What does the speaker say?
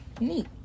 neat